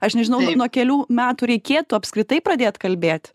aš nežinau nuo kelių metų reikėtų apskritai pradėt kalbėt